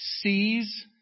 sees